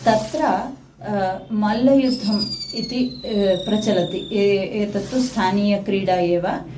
तत्र मल्लयुद्धम् इति प्रचलति एतत् तु स्थानीयक्रीडा एव